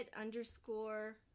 underscore